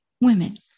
women